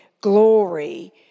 glory